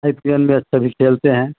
आई P L match में भी खेलते हैं